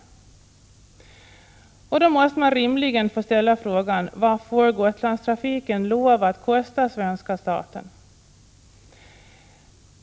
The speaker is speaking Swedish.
Då måste man rimligen ställa frågan: Vad får Gotlandstrafiken kosta svenska staten?